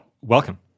welcome